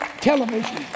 television